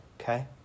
okay